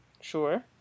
Sure